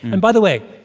and by the way,